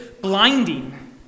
blinding